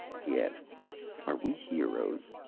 he asked are we heroes?